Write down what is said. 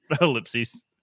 ellipses